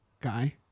guy